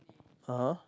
ah [huh]